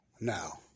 Now